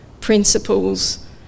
principles